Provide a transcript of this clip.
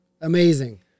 Amazing